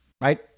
right